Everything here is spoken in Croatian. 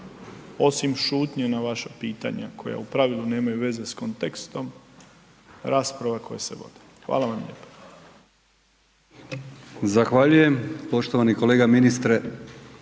osim šutnje na vaša pitanja koja u pravilu nemaju veze s kontekstom rasprava koje se vode. Hvala vam lijepo.